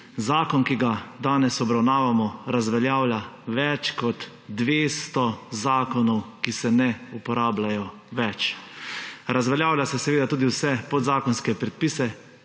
Zakon, ki ga danes obravnavamo, razveljavlja več kot 200 zakonov, ki se ne uporabljajo več. Razveljavlja se seveda tudi vse podzakonske predpise,